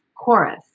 chorus